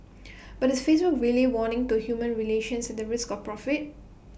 but is Facebook really warming to human relations the risk of profit